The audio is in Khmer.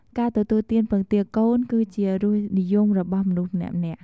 ការទទួលទានពងទាកូន គឺជារសនិយមរបស់មនុស្សម្នាក់ៗ។